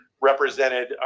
represented